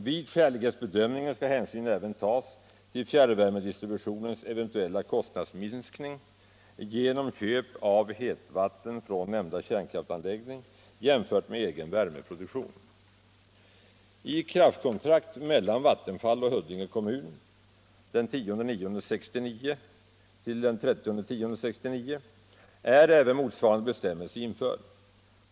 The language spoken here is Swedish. Vid skälighetsbedömningen skall hänsyn även tagas till fjärrvärmedistributionens eventuella kostnadsminskning genom köp av hetvatten från nämnda kärnkraftanläggning jämfört med egen värmeproduktion. I kraftkontrakt mellan Vattenfall och Huddinge Kommun 1969-09-10 —- 1969-10-30 är även motsvarande bestämmelse införd.